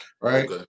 right